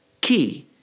key